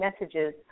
messages